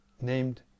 named